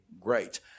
great